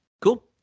Cool